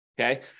okay